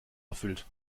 erfüllt